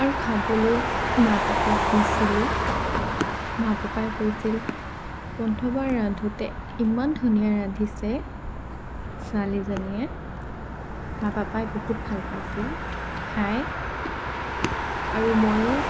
আৰু খাবলৈ মা পাপাক দিছিলো মা পাপাই কৈছিল প্ৰথমবাৰ ৰান্ধোতে ইমান ধুনীয়া ৰান্ধিছে ছোৱালীজনীয়ে মা পাপাই বহুত ভাল পাইছিল খাই আৰু ময়ো